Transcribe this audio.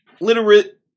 Literate